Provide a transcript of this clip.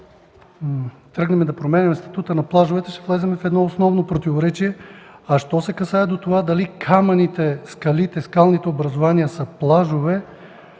тръгнем да променяме статута на плажовете, ще влезем в основно противоречие. Що се касае до това дали камъните, скалите, скалните образувания са плажове,